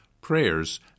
prayers